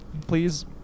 please